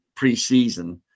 preseason